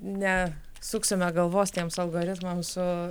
ne suksime galvos tiems algoritmams su